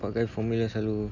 pakai formula selalu